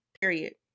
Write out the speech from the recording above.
Period